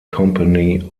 company